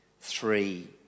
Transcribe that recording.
three